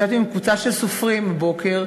ישבתי עם קבוצה של סופרים הבוקר,